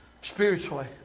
spiritually